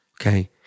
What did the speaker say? okay